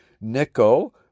Nico